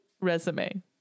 resume